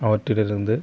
அவற்றிலிருந்து